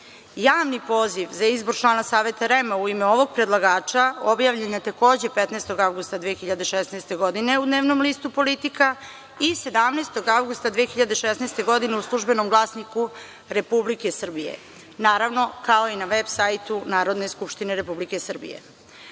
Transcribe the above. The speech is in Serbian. Javni poziv za izbor člana Saveta REM u ime ovog predlagača objavljen je takođe 15. avgusta 2016. godine u dnevnom listu „Politika“ i 17. avgusta 2016. godine u „Službenom glasniku Republike Srbije“, naravno, kao i na veb sajtu Narodne skupštine Republike